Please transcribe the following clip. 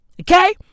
Okay